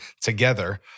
together